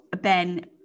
Ben